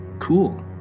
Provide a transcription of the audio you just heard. Cool